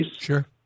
Sure